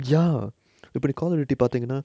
ya இப்ப நீ:ippa nee caller எட்டி பாத்திங்கனா:etti paathingana